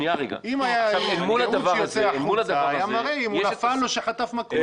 אם היה תיעוד שייצא החוצה היה מראה אם הוא נפל או שחטף מכות.